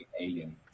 alien